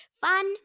Fun